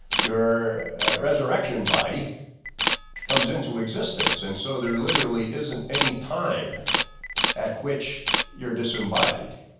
your resurrection body comes into existence. and so there literally isn't any time at which your disembodied.